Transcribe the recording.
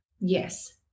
Yes